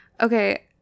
okay